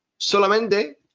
solamente